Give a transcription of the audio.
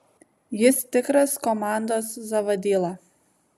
jis tikras komandos zavadyla